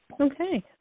Okay